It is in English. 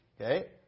Okay